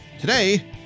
Today